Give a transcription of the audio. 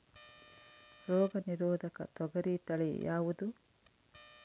ರೋಗ ನಿರೋಧಕ ತೊಗರಿ ತಳಿ ಯಾವುದು?